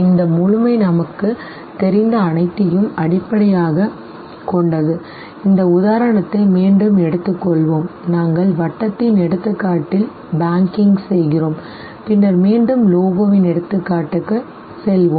இந்த முழுமை நமக்கு தெரிந்த அனைத்தையும் அடிப்படையாகக் கொண்டது இந்த உதாரணத்தை மீண்டும் எடுத்துக்கொள்வோம் நாங்கள் வட்டத்தின் எடுத்துக்காட்டில் banking செய்கிறோம் பின்னர் மீண்டும் லோகோவின் எடுத்துக்காட்டுக்கு செல்வோம்